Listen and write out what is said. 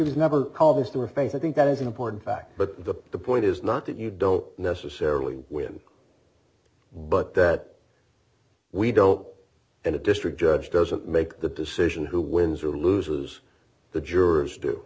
was never called this to her face i think that is an important fact but the point is not that you don't necessarily win but that we doe in a district judge doesn't make the decision who wins or loses the jurors do